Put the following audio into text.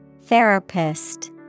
Therapist